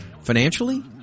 Financially